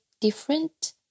different